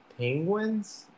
penguins